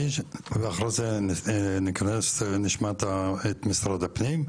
בהיג' ואחרי זה נתכנס ונשמע את משרד הפנים,